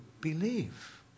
believe